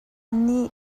nih